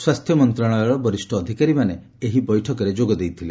ସ୍ୱାସ୍ଥ୍ୟ ମନ୍ତ୍ରଣାଳୟର ବରିଷ୍ଠ ଅଧିକାରୀମାନେ ଏହି ବୈଠକରେ ଯୋଗଦେଇଥିଲେ